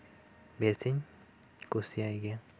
ᱵᱮᱥᱤᱧ ᱠᱩᱥᱤᱭᱟᱭ ᱜᱮᱭᱟ